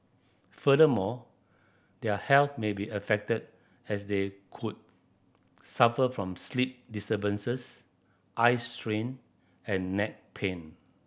furthermore their health may be affected as they could suffer from sleep disturbances eye strain and neck pain